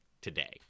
today